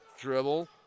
dribble